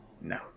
No